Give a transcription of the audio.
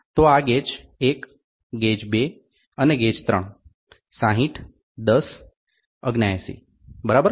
તો આ gauge 1 gauge 2 અને ગેજ 3 60 10 79 બરાબર